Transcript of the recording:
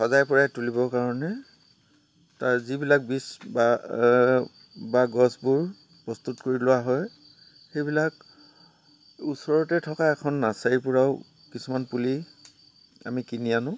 সজাই পৰাই তুলিবৰ কাৰণে তাৰ যিবিলাক বীজ বা বা গছবোৰ প্ৰস্তুত কৰি লোৱা হয় সেইবিলাক ওচৰতে থকা এখন নাৰ্ছাৰীৰ পৰাও কিছুমান পুলি আমি কিনি আনো